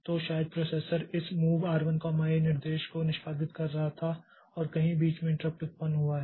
तो शायद प्रोसेसर इस MOV R 1 A निर्देश को निष्पादित कर रहा था और कहीं बीच में इंट्रप्ट उत्पन्न हुआ है